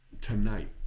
tonight